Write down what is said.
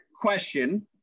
question